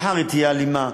מחר היא תהיה אלימה.